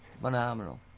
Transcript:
phenomenal